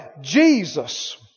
Jesus